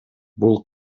бул